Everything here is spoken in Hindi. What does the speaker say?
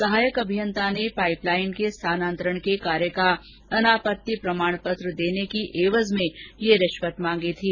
सहायक अभियंता ने पाइपलाइन के स्थानांतरण के कार्य का अनापत्ति प्रमाण पत्र देने की एवज में ये रिश्वत मांगी थी